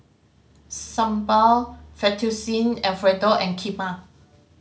Sambar Fettuccine Alfredo and Kheema